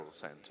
center